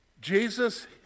Jesus